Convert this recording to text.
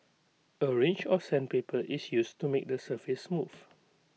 A range of sandpaper is used to make the surface smooth